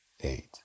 eight